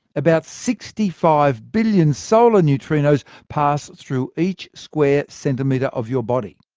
about sixty five billion solar neutrinos pass through each square centimetre of your body.